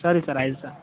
ಸರಿ ಸರ್ ಆಯ್ತು ಸಾ